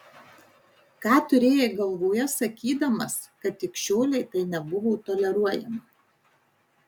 ką turėjai galvoje sakydamas kad ikšiolei tai nebuvo toleruojama